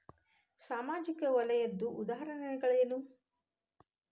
ಸಾಮಾಜಿಕ ವಲಯದ್ದು ಉದಾಹರಣೆಗಳೇನು?